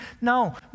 No